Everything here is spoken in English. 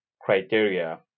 criteria